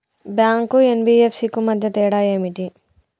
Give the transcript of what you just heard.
Bank కు NBFC కు మధ్య తేడా ఏమిటి?